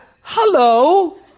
hello